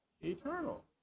Eternal